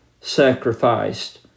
sacrificed